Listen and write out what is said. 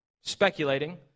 speculating